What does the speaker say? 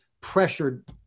pressured